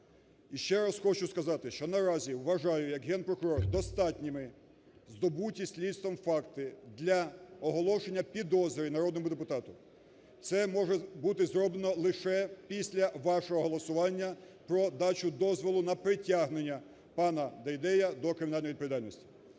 Ще раз хочу сказати, що наразі вважаю як Генпрокурор достатніми здобуті слідством факти для оголошення підозри народному депутату. Це може бути зроблено лише після вашого голосування про дачу дозволу на притягнення пана Дейдея до кримінальної відповідальності.